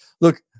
Look